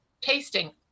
tasting